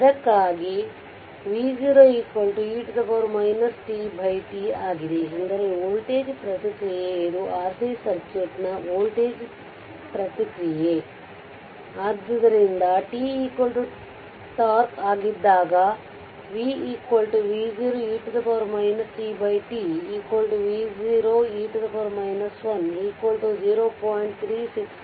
ಅದಕ್ಕಾಗಿಯೇ v0 e tT ಆಗಿದೆ ಎಂದರೆ ವೋಲ್ಟೇಜ್ ಪ್ರತಿಕ್ರಿಯೆ ಇದು RC ಸರ್ಕ್ಯೂಟ್ನ ವೋಲ್ಟೇಜ್ ಪ್ರತಿಕ್ರಿಯೆ ಮತ್ತು ಅದು t τಆಗಿದ್ದಾಗ v v0 e tT v0 e 1 0